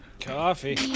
Coffee